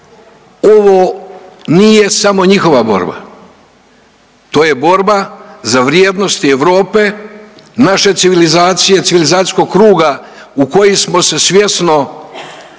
ovo nije samo njihova borba. To je borba za vrijednosti Europe, naše civilizacije, civilizacijskog kruga u koji smo se svjesno